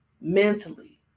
mentally